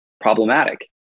problematic